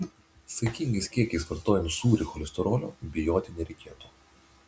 saikingais kiekiais vartojant sūrį cholesterolio bijoti nereikėtų